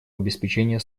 обеспечение